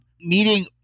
Meeting